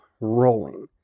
rolling